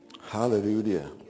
Hallelujah